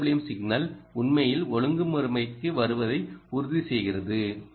PWM signal உண்மையில் ஒழுங்குமுறைக்கு வருவதை உறுதிசெய்கிறது